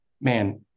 man